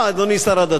אדוני שר הדתות.